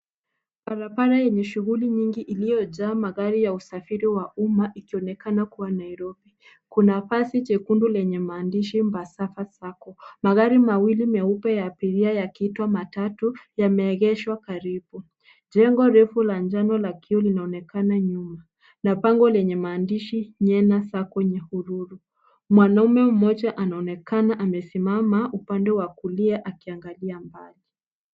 Barabara yenye shughuli nyingi iliyojaa magari ya usafiri wa umma, ikionekna kuwa Nairobi. Kuna basi nyekundu lenye maandishi, Bus safa sacco (cs). Magari mawili meupe ya abiria yakiitwa matatu, yameegeshwa karibu. Jengo refu la njano la kioo linaonekana nyuma na bango lenye maandishi, Nyena sacco (cs) , Nyahururu. Mwanaume mmoja anaonekana amesimama upande wa kulia akiangalia mbali.